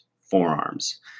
forearms